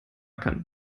kann